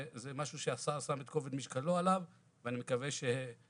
זה משהו שהשר שם את כובד משקלו עליו ואני מקווה שבתקופה